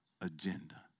agenda